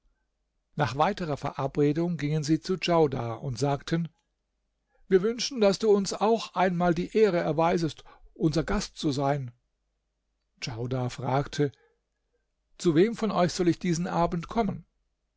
nach weiterer verabredung gingen sie zu djaudar und sagen wir wünschten daß du uns auch einmal die ehre erweisest unser gast zu sein djaudar fragte zu wem von euch soll ich diesen abend kommen